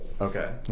Okay